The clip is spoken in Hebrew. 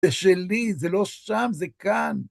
זה שלי, זה לא שם, זה כאן.